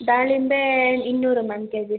ದಾಳಿಂಬೆ ಇನ್ನೂರು ma'am K G